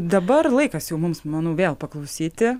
dabar laikas jau mums manau vėl paklausyti